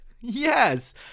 Yes